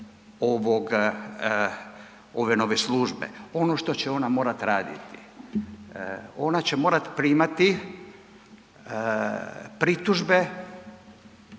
ove nove službe, ono što će ona morati raditi. Ona će morati primati pritužbe